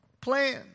plan